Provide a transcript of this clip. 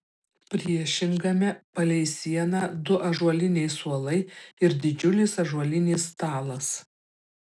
priešingame palei sieną du ąžuoliniai suolai ir didžiulis ąžuolinis stalas